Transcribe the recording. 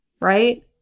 right